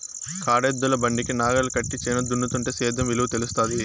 కాడెద్దుల బండికి నాగలి కట్టి చేను దున్నుతుంటే సేద్యం విలువ తెలుస్తాది